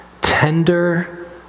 tender